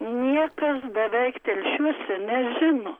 niekas beveik iš vis jie nežino